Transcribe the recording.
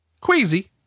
Queasy